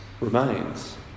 remains